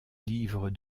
livre